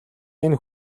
энэ